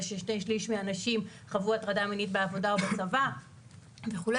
ששני-שלישים מהנשים חוו הטרדה מינית בעבודה או בצבא וכו',